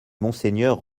monseigneur